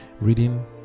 Reading